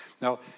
Now